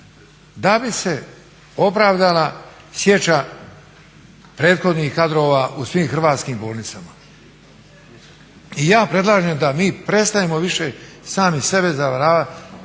da bi se opravdala sječa prethodnih kadrova u svim hrvatskim bolnicama. I ja predlažem da mi prestanemo sami sebe zavaravati,